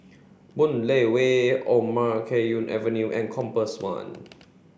Boon Lay Way Omar Khayyam Avenue and Compass One